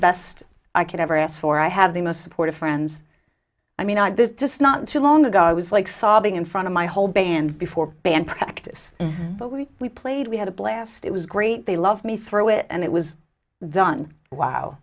best i could ever ask for i have the most supportive friends i mean not this just not too long ago i was like sobbing in front of my whole band before band practice but we we played we had a blast it was great they love me through it and it was done w